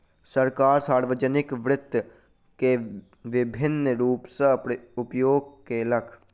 सरकार, सार्वजानिक वित्त के विभिन्न रूप सॅ उपयोग केलक